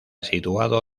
situado